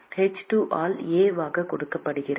h2 ஆல் A ஆக கொடுக்கப்படுகிறது